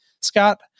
Scott